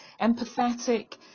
empathetic